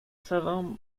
savant